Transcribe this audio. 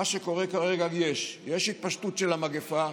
מה שקורה כרגע זה שיש התפשטות של המגפה,